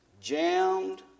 jammed